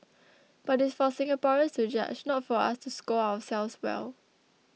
but it's for Singaporeans to judge not for us to score ourselves well